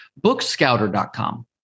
bookscouter.com